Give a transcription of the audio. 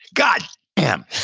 god damn!